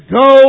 go